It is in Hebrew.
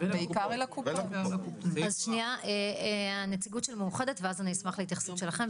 לא כולם מתנגדים, אנחנו נשמע אותם.